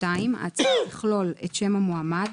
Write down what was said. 2. ההצעה תכלול של שם המועמד,